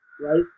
Right